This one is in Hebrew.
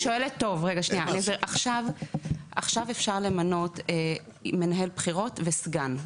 עכשיו אפשר למנות מנהל בחירות וסגן,